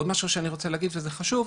יש עוד דבר שאני רוצה להגיד שהוא חשוב.